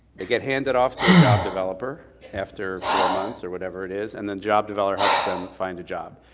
they get handed off to a job developer after four months or whatever it is, and the job developer helps them find a job.